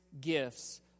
gifts